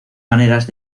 maneras